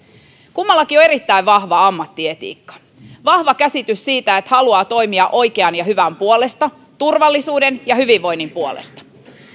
kummallakin on erittäin vahva ammattietiikka vahva käsitys siitä että haluaa toimia oikean ja hyvän puolesta turvallisuuden ja hyvinvoinnin puolesta